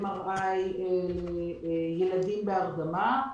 MRI לילדים בהרדמה,